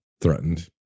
threatened